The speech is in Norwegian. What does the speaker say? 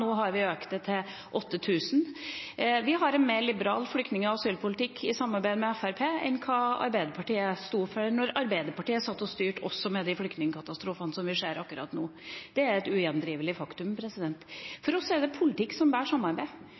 nå har vi økt det til 8 000. Vi har en mer liberal flyktning- og asylpolitikk i samarbeid med Fremskrittspartiet enn hva Arbeiderpartiet sto for da de styrte, også med de flyktningkatastrofene som vi ser akkurat nå. Det er et ugjendrivelig faktum. For oss er det politikk som bærer samarbeid.